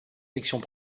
sections